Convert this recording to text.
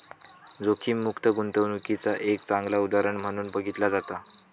जोखीममुक्त गुंतवणूकीचा एक चांगला उदाहरण म्हणून बघितला जाता